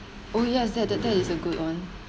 oh yes that that that is a good one